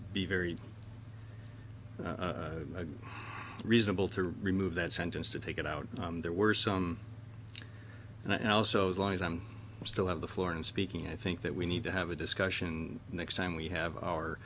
very reasonable to remove that sentence to take it out there were some and i also as long as i'm still have the floor and speaking i think that we need to have a discussion next time we have our